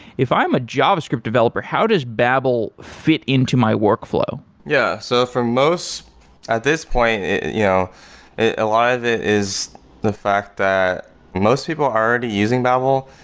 if i'm a javascript developer, how does babel fit into my workflow? yeah, so for most at this point, yeah a lot of it is the fact that most people are already using babel,